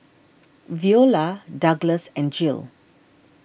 Veola Douglass and Jill